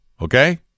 Okay